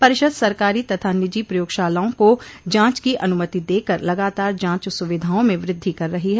परिषद सरकारी तथा निजी प्रयोगशालाओं को जांच की अनुमति देकर लगातार जांच सुविधाओं में वृद्धि कर रही है